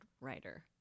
writer